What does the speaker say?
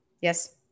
Yes